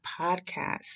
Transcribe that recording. podcast